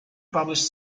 published